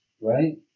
right